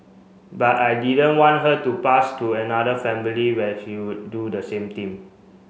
but I didn't want her to pass to another family where she could do the same thing